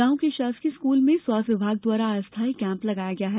गांव के शासकीय स्कूल में स्वास्थ्य विभाग द्वारा अस्थाई कैंप लगाया गया है